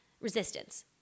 Resistance